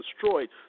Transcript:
destroyed